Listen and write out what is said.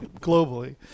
globally